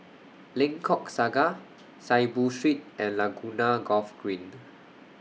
Lengkok Saga Saiboo Street and Laguna Golf Green